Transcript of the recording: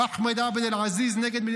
אחמד עבד אל עזיז נגד מדינת ישראל.